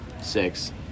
Six